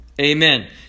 amen